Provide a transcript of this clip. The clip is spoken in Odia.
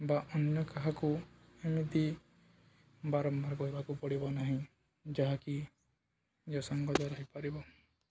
ବା ଅନ୍ୟ କାହାକୁ ଏମିତି ବାରମ୍ବାର କହିବାକୁ ପଡ଼ିବ ନାହିଁ ଯାହାକି ନିସଙ୍ଗଦ ରହିପାରିବ